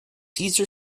caesar